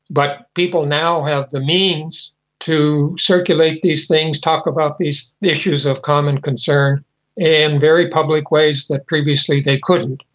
but people now have the means to circulate these things, talk about these issues of common concern and very public ways that previously they couldn't.